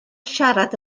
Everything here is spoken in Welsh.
siarad